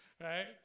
Right